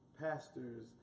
pastors